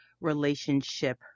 relationship